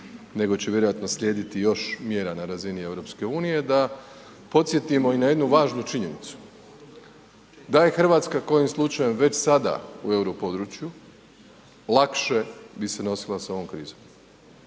nego će vjerovatno slijediti još mjera na razini EU-a, da podsjetimo i na jednu važnu činjenicu, da je Hrvatska kojim slučajem već sada u euro području, lakše bi se nosila sa ovom krizom,